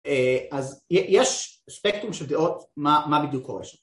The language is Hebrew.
‫אז יש ספקטום של דעות ‫מה בדיוק קורה שם.